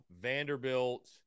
Vanderbilt